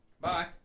Bye